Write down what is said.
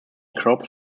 crops